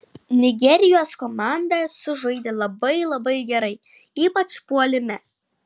nigerijos komanda sužaidė labai labai gerai ypač puolime